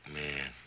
man